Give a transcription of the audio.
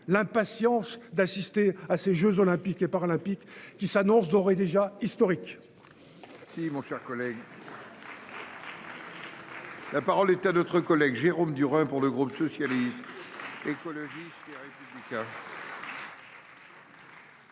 l'impatience d'assister à ces Jeux olympiques et paralympiques qui s'annonce d'ores et déjà historique. Si mon cher collègue. La parole est à d'autres collègues Jérôme Durain pour le groupe socialiste. Écologiste. Vous avez